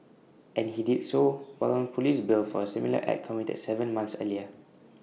and he did so while on Police bail for A similar act committed Seven months earlier